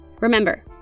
Remember